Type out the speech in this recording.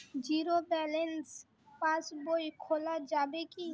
Zero balance পাশ বই খোলা যাবে কি?